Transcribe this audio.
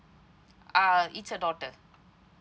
uh is a daughter